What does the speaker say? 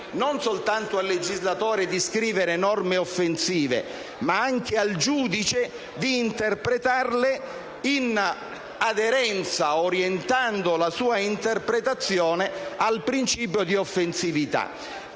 non soltanto al legislatore di scrivere norme offensive, ma anche al giudice di interpretarle in aderenza, orientando la sua interpretazione al principio di offensività.